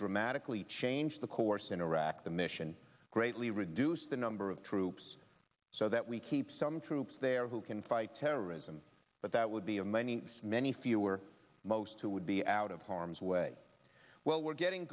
dramatically change the course in iraq the mission greatly reduce the number of troops so that we keep some troops there who can fight terrorism but that would be a many many fewer most who would be out of harm's way well we're getting